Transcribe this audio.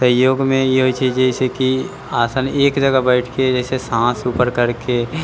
तऽ योगमे ई होइ छै जइसे कि आसन एक जगह बैठिके जइसे साँस उपर करिके